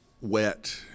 wet